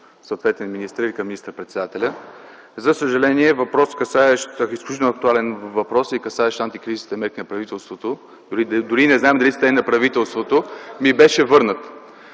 съответен министър или към министър-председателя. За съжаление въпросът, който е изключително актуален и касаещ антикризисните мерки на правителството, дори не знам дали са на правителството, ми беше върнат.